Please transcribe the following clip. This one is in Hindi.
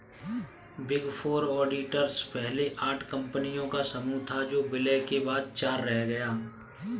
बिग फोर ऑडिटर्स पहले आठ कंपनियों का समूह था जो विलय के बाद चार रह गया